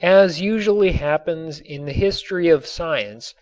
as usually happens in the history of science